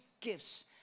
gifts